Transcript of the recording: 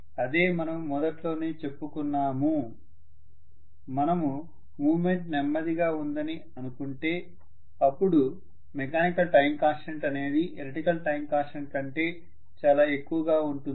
అదే మనము మొదట్లోనే చెప్పుకున్నాము మనము మూవ్మెంట్ నెమ్మది గా ఉందని అనుకుంటే అపుడు మెకానికల్ టైం కాన్స్టెంట్ అనేది ఎలక్ట్రికల్ టైం కాన్స్టెంట్ కంటే చాలా ఎక్కువగా ఉంటుంది